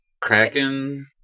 Kraken